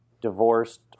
divorced